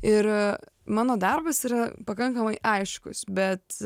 ir mano darbas yra pakankamai aiškus bet